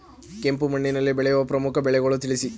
ಕೆಂಪು ಮಣ್ಣಿನಲ್ಲಿ ಬೆಳೆಯುವ ಪ್ರಮುಖ ಬೆಳೆಗಳನ್ನು ತಿಳಿಸಿ?